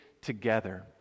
together